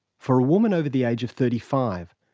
for a woman over the age of thirty five,